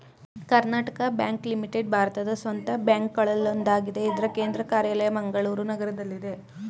Karnataka bank limited ಭಾರತದ ಸ್ವಂತ ಬ್ಯಾಂಕ್ಗಳಲ್ಲೊಂದಾಗಿದೆ ಇದ್ರ ಕೇಂದ್ರ ಕಾರ್ಯಾಲಯ ಮಂಗಳೂರು ನಗರದಲ್ಲಿದೆ